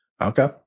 Okay